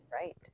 right